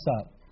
up